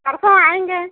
परसों आएंगे